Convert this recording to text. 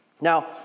Now